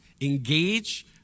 engage